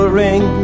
ring